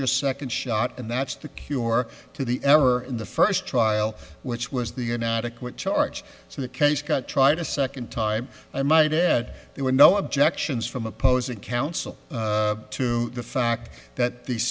your second shot and that's the cure to the ever in the first trial which was the inadequate charge so the case got tried a second time i might add there were no objections from opposing counsel to the fact that the se